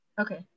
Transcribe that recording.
okay